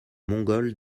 mongole